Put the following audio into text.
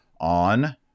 on